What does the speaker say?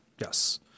yes